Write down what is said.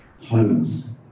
Homes